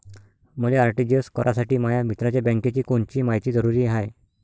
मले आर.टी.जी.एस करासाठी माया मित्राच्या बँकेची कोनची मायती जरुरी हाय?